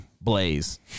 Blaze